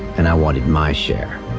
and i wanted my share.